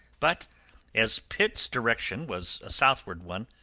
but as pitt's direction was a southward one,